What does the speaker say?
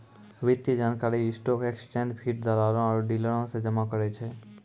वित्तीय जानकारी stock exchange feed, दलालो आरु डीलरो से जमा करै छै